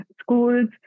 schools